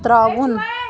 ترٛاوُن